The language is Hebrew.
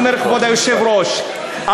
היושב-ראש,